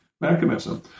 Mechanism